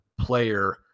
player